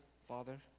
Father